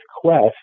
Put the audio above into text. Quest